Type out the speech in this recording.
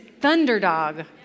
Thunderdog